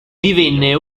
divenne